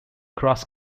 cross